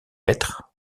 être